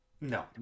No